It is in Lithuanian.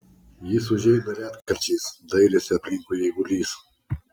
jis užeina retkarčiais dairėsi aplinkui eigulys